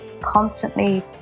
constantly